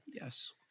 Yes